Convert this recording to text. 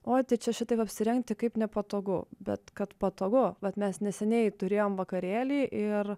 oi tai čia šitaip apsirengti kaip nepatogu bet kad patogu vat mes neseniai turėjom vakarėlį ir